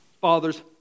Fathers